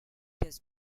does